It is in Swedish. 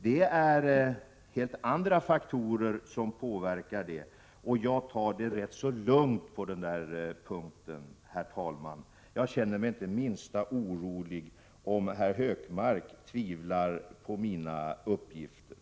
Det är helt andra faktorer som påverkar saken, och jag tar det rätt så lugnt på den punkten. Jag känner mig alltså inte det minsta orolig, om herr Hökmark tvivlar på mina uppgifter.